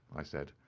i said.